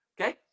Okay